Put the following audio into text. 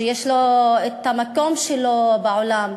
שיש לו המקום שלו בעולם.